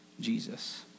Jesus